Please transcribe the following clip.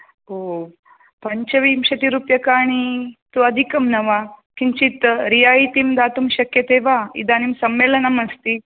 एवं पञ्चविंशतिरूप्यकाणि तु अधिकं न वा किञ्चित् रियायितिं दातुं शक्यते वा इदानीं सम्मेलनम् अस्ति